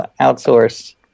outsource